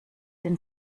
den